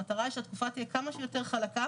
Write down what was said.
המטרה היא שהתקופה תהיה כמה שיותר חלקה